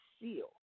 seal